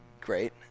great